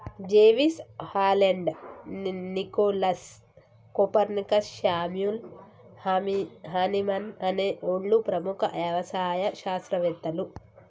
జెవిస్, Haldane, Nicholas, Copernicus, Samuel Hahnemann అనే ఓళ్ళు ప్రముఖ యవసాయ శాస్త్రవేతలు